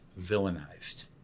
villainized